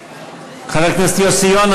חבר הכנסת יוסי יונה,